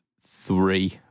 three